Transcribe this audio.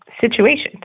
situations